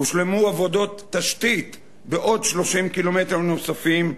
הושלמו עבודות תשתית בעוד 30 קילומטר נוספים,